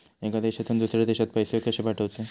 एका देशातून दुसऱ्या देशात पैसे कशे पाठवचे?